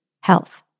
health